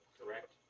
correct